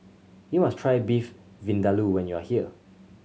you must try Beef Vindaloo when you are here